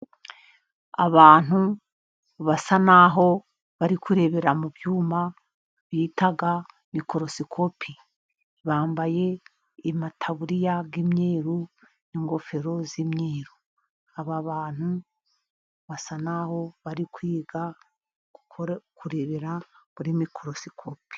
Abantu basa naho bari kurebera mu byuma bita mikorosikopi, bambaye amataburiya y'imyeru n'ingofero z'imyeru, aba bantu basa naho bari kwiga kurebera muri mikorosikopi.